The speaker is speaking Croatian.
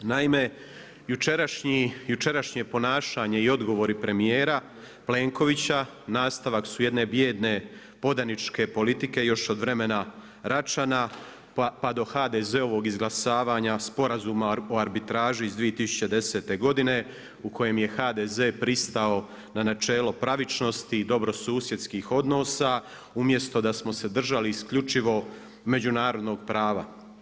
Naime, jučerašnje ponašanje i odgovori premijera Plenkovića nastavak su jedne bijedne podaničke politike još od vremena Račana pa do HDZ-ovog izglasavanja Sporazuma o arbitraži iz 2010. u kojem je HDZ pristao na načelo pravičnosti i dobrosusjedskih odnosa, umjesto da smo se držali isključivo međunarodnog prava.